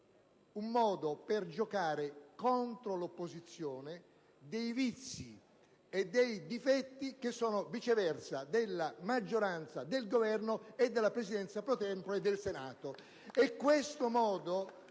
un modo per far giocare contro l'opposizione dei vizi e dei difetti che sono, viceversa, della maggioranza, del Governo e della Presidenza *pro tempore* del Senato